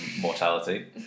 mortality